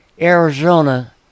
Arizona